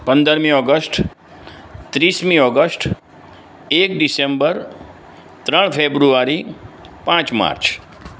પંદરમી ઑગષ્ટ ત્રીસમી ઑગષ્ટ એક ડીસેમ્બર ત્રણ ફેબ્રુઆરી પાંચ માર્ચ